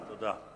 תודה.